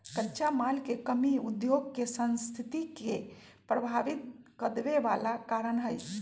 कच्चा माल के कमी उद्योग के सस्थिति के प्रभावित कदेवे बला कारण हई